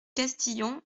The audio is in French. castillon